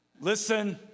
Listen